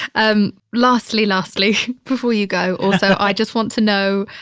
um lastly, lastly, before you go. also, i just want to know,